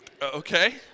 Okay